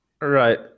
Right